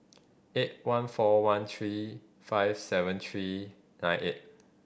eight one four one three five seven three nine eight